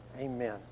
amen